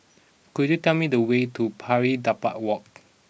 could you tell me the way to Pari Dedap Walk